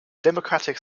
democratic